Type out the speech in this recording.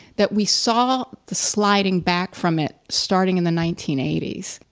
that we saw the sliding back from it starting in the nineteen eighty s.